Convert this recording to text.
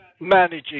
managing